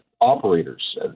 operators